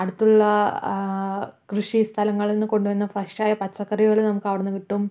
അടുത്തുള്ള കൃഷി സ്ഥലങ്ങളിൽ നിന്ന് കൊണ്ടു വരുന്ന ഫ്രഷ്ഷായിട്ടുള്ള പച്ചകറികൾ നമുക്ക് അവിടുന്ന് കിട്ടും